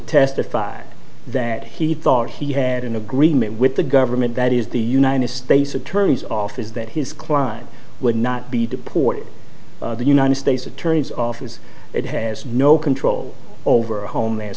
testify that he thought he had an agreement with the government that is the united states attorney's office that his client would not be deported the united states attorney's office it has no control over our homeland